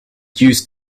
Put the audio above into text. used